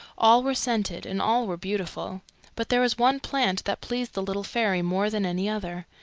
all were scented, and all were beautiful but there was one plant that pleased the little fairy more than any other.